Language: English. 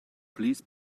please